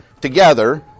together